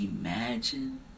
imagine